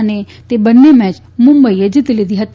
અને તે બંને મેચ મુંબઇએ જીતી લીધી હતી